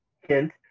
hint